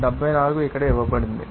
74 ఇక్కడ ఇవ్వబడింది